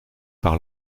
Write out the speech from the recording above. par